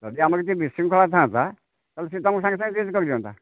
ଯଦି ଆମର କିଛି ବିଶୃଙ୍ଖଳା ଥାଆନ୍ତା ତାହେଲେ ସିଏତ ଆମକୁ ସାଙ୍ଗେ ସାଙ୍ଗେ ଚେଞ୍ଜ କରିଦିଅନ୍ତା